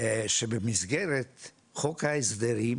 הוא שהנושא הזה יתוקן במסגרת חוק ההסדרים.